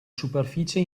superficie